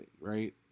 right